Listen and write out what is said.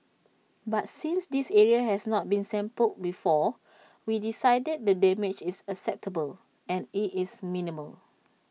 but since this area has not been sampled before we decided the damage is acceptable and IT is minimal